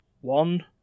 one